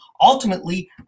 ultimately